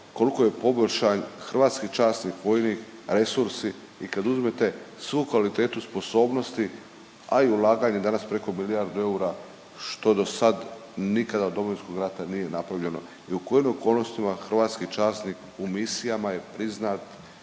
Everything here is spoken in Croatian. koliko je poboljšan hrvatski časnik, vojni resursi i kad uzmete svu kvalitetu sposobnosti, a i ulaganje danas preko milijardu eura što do sad nikada od Domovinskog rata nije napravljeno. I u kojim okolnostima hrvatski časnik u misijama je priznat,